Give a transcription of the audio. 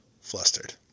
flustered